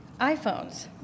iPhones